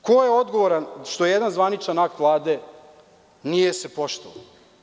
Ko je odgovoran što se jedan zvaničan akt Vlade nije poštovao?